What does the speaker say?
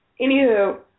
Anywho